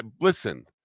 listen